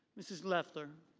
mrs. leffler.